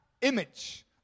image